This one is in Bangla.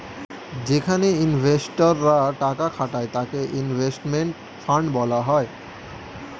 যেখানে ইনভেস্টর রা টাকা খাটায় তাকে ইনভেস্টমেন্ট ফান্ড বলা হয়